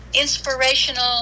inspirational